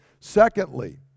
Secondly